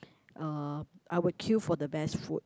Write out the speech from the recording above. uh I would queue for the best food